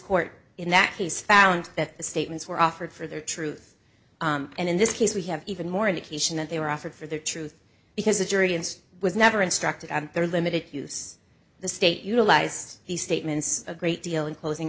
court in that has found that the statements were offered for their truth and in this case we have even more indication that they were offered for their truth because the jury and was never instructed on their limited use the state utilized these statements a great deal in closing